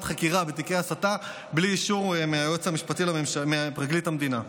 חקירה בתיקי הסתה בלי אישור מפרקליט המדינה.